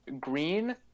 green